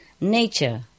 nature